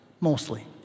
mostly